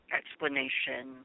explanation